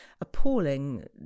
appalling